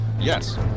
Yes